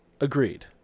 Agreed